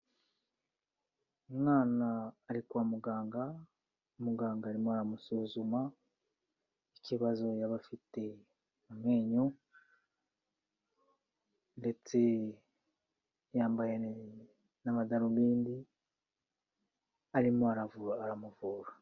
Umwana ari kwa muganga, muganga arimo aramusuzuma ikibazo yaba afite mu menyo ndetse yambaye n'amadarubindi, arimo aramuvura.